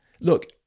Look